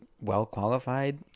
well-qualified